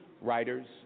writers